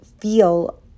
feel